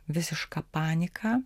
visiška panika